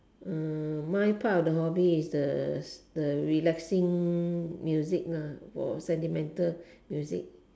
uh my part of the hobby is the the relaxing music lah or sentimental music